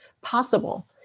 possible